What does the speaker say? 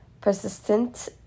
persistent